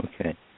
Okay